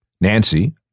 Nancy